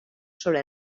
sobre